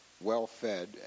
well-fed